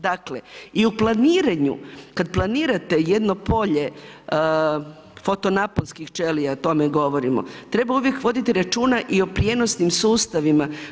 Dakle i u planiranju, kad planirate jedno polje, fotonaposnkih ćelija, o tome govorimo, treba uvijek voditi računa i o prinosnim sustavima.